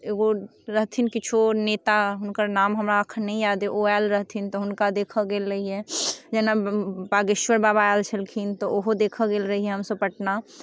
एगो रहथिन किछु नेता हुनकर नाम हमरा एखन नहि याद अछि ओ आएल रहथिन तऽ हुनका देखऽ गेल रहिए जेना बागेश्वर बाबा आएल छलखिन तऽ ओहो देखऽ गेल रहिए हमसब पटना